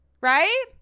Right